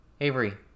Avery